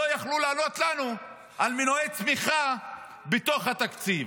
היו יכולים לענות לנו על מנועי צמיחה בתוך התקציב.